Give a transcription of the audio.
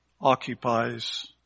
occupies